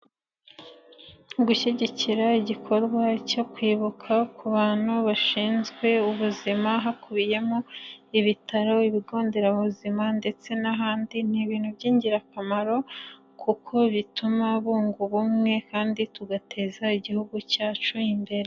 Gushyigikira igikorwa cyo kwibuka ku bantu bashinzwe ubuzima hakubiyemo ibitaro, ibigo nderabuzima, ndetse n'ahandi ni ibintu b'ingirakamaro kuko bituma bunga ubumwe kandi tugateza Igihugu cyacu imbere.